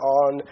on